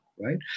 Right